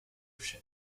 she